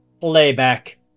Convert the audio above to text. playback